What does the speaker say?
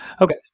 okay